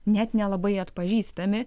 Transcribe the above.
net nelabai atpažįstami